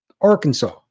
Arkansas